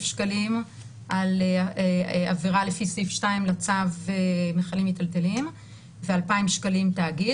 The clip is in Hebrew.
שקלים על עבירה לפי סעיף 2 לצו מכלים מטלטלים ו-2,000 שקלים תאגיד.